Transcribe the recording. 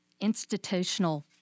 institutional